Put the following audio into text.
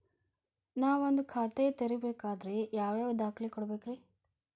ನಾನ ಒಂದ್ ಖಾತೆ ತೆರಿಬೇಕಾದ್ರೆ ಯಾವ್ಯಾವ ದಾಖಲೆ ಕೊಡ್ಬೇಕ್ರಿ?